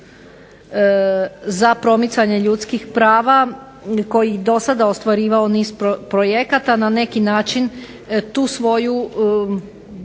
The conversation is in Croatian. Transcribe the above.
za promicanje ljudskih prava koji je do sada ostvarivao niz projekata na neki način tu svoju